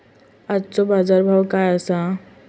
आजचो बाजार भाव काय आसा?